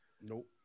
Nope